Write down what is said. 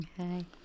Okay